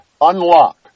unlock